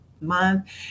month